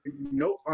nope